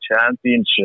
Championship